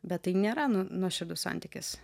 bet tai nėra nu nuoširdus santykis